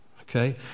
Okay